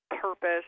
purpose